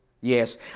yes